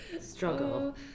struggle